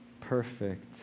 perfect